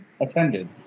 attended